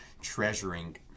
treasuring